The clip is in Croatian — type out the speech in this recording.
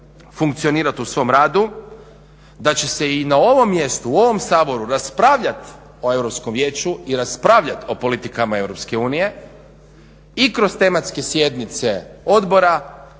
funkcionirat u svom radu, da će se i na ovom mjestu, u ovom Saboru raspravljati o Europskom vijeću i raspravljat o politikama EU i kroz tematske sjednice odbora